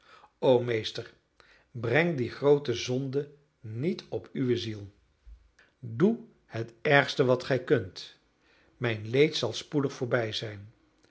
o meester breng die groote zonde niet op uwe ziel doe het ergste wat gij kunt mijn leed zal spoedig voorbij zijn